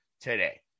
today